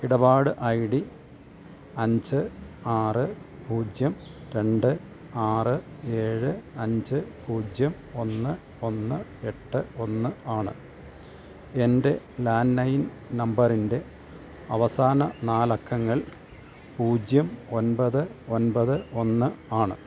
ഇടപാട് I D അഞ്ച് ആറ് പൂജ്യം രണ്ട് ആറ് ഏഴ് അഞ്ച് പൂജ്യം ഒന്ന് ഒന്ന് എട്ട് ഒന്ന് ആണ് എന്റെ ലാന്ഡ്ലൈന് നമ്പറിന്റെ അവസാന നാലക്കങ്ങൾ പൂജ്യം ഒന്പത് ഒന്പത് ഒന്ന് ആണ്